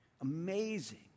Amazing